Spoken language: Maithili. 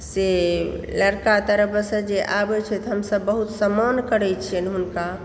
से लड़का तरफसँ जे आबै छथि हमसब बहुत सम्मान करै छिअनि हुनका